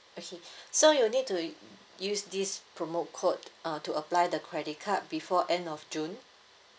okay so you need to use this promo code uh to apply the credit card before end of june